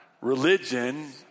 Religion